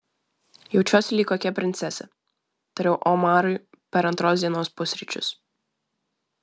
jaučiuosi lyg kokia princesė tariau omarui per antros dienos pusryčius